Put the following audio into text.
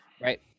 right